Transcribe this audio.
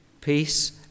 peace